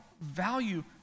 value